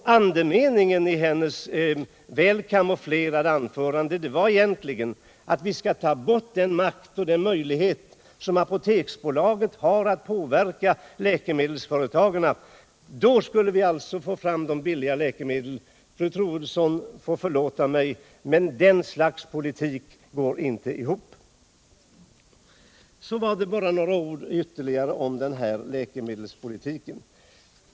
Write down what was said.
Andemeningen i hennes väl kamouflerade anförande var egentligen att vi skall ta bort den makt och de möjligheter som Apoteksbolaget har att påverka läkemedelsföretagen. Då skulle vi alltså få fram billiga läkemedel. Fru Troedsson får förlåta mig, men jag kan inte finna att det går ihop. Ytterligare några ord om läkemedelspolitiken.